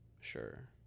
Sure